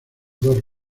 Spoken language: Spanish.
dos